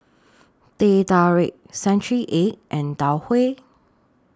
Teh Tarik Century Egg and Tau Huay